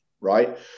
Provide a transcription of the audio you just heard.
right